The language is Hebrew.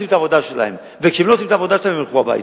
אני מקבל את ההחלטה מתוך רצון לא לפזר.